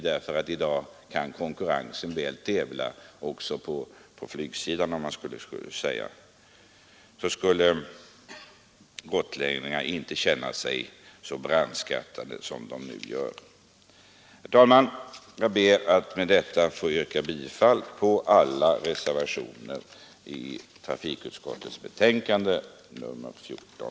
I dag kan nämligen konkurrensen ge ett bra pris på flygsidan. Och på så sätt skulle gotlänningarna inte känna sig så brandskattade som de nu gör. Herr talman! Jag ber att med det anförda få yrka bifall till alla reservationer i trafikutskottets betänkande nr 14.